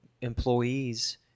employees